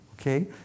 Okay